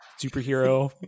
superhero